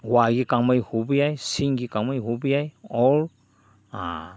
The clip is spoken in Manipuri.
ꯋꯥꯏꯒꯤ ꯀꯥꯡꯃꯩ ꯍꯨꯕ ꯌꯥꯏ ꯁꯤꯡꯒꯤ ꯀꯥꯡꯃꯩ ꯍꯨꯕ ꯌꯥꯏ ꯑꯣꯔ